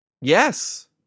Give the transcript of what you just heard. Yes